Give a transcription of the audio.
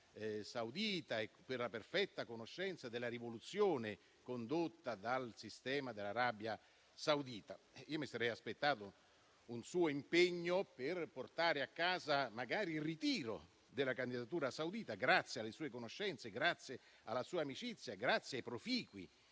Saudita e per la perfetta conoscenza della rivoluzione condotta dal sistema dell'Arabia Saudita. Io mi sarei aspettato un suo impegno per portare a casa magari il ritiro della candidatura saudita, grazie alle sue conoscenze, grazie alla sua amicizia, grazie ai proficui